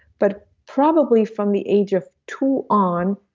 but probably from the age of two on,